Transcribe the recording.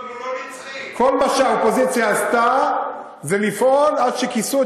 כל מה שהאופוזיציה עשתה זה לפעול עד שכיסו